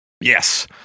yes